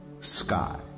sky